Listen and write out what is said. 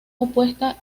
opuesta